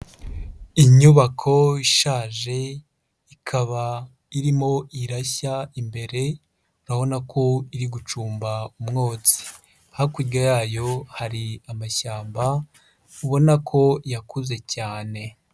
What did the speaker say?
Inyubako ishaje ikaba irimo irashya imbere urabona ko iri gucumba umwotsi. Hakurya yayo hari amashyamba ubona ko yakuze cyane.